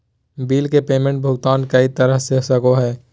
bill के payment भुगतान कई तरह से कर सको हइ